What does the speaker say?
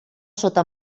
sota